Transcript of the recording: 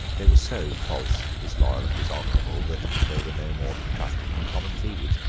they were so false, disloyal, and dishonourable, that they were no more to be trusted than common thieves.